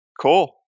Cool